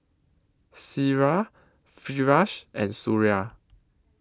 Syirah Firash and Suria